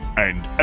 and